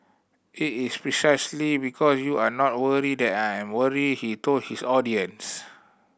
it is precisely because you are not worried that I am worried he told his audience